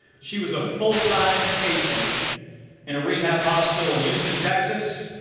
she was a full time patient in a rehab hospital in houston, texas,